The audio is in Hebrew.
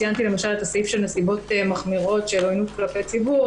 למשל ציינתי את הסעיף של נסיבות מחמירות של אלימות כלפי ציבור,